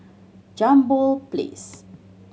Jambol Place